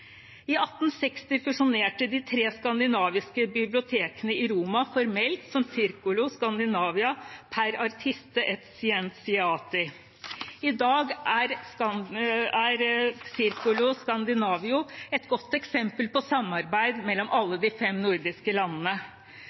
I 1860 fusjonerte de tre skandinaviske bibliotekene i Roma formelt som Circolo Scandinavo per Artisti e Scienziati. I dag er Circolo Scandinavo et godt eksempel på samarbeid mellom alle de fem nordiske landene.